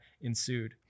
ensued